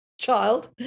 child